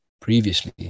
previously